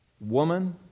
woman